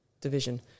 division